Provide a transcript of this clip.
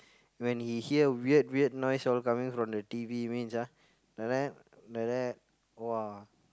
when he hear weird weird noise all coming from the T_V means ah like that like that !wah!